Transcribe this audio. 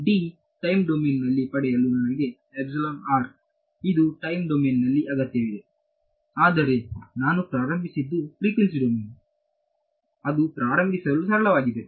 time domain ನಲ್ಲಿ ಪಡೆಯಲು ನನಗೆ ಇದು ಟೈಮ್ ಡೊಮೇನ್ನಲ್ಲಿ ಅಗತ್ಯವಿದೆ ಆದರೆ ನಾನು ಪ್ರಾರಂಭಿಸಿದ್ದು ಫ್ರಿಕ್ವೆನ್ಸಿ ಡೊಮೇನ್ ಅದು ಪ್ರಾರಂಭಿಸಲು ಸರಳವಾಗಿದೆ